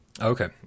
Okay